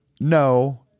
No